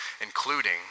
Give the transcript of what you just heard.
including